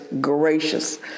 gracious